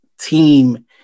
team